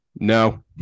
No